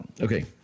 Okay